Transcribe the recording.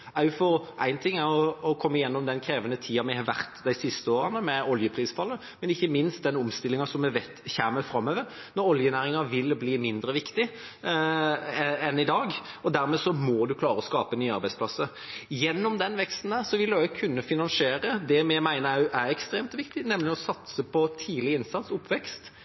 – for én ting er å komme igjennom den krevende tida vi har hatt de siste årene, med oljeprisfallet, men ikke minst også den omstillingen som vi vet kommer framover, når oljenæringen vil bli mindre viktig enn i dag. Dermed må en klare å skape nye arbeidsplasser. Gjennom denne veksten vil en også kunne finansiere det vi mener er ekstremt viktig, nemlig å satse på tidlig innsats, oppvekst.